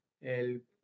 el